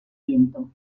viento